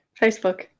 Facebook